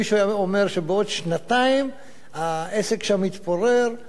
מי שהיה אומר שבעוד שנתיים העסק שם יתפורר,